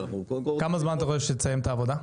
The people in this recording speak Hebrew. אבל אנחנו --- כמה זמן אתה חושב שתסיים את העבודה?